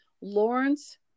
Lawrence